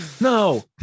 No